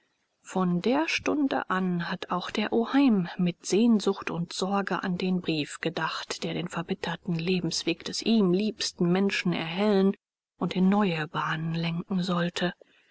von der stunde an hat auch der oheim mit sehnsucht und sorge an den brief gedacht der den verbitterten lebensweg des ihm liebsten menschen erhellen und in neue bahnen lenken sollte